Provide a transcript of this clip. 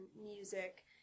music